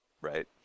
right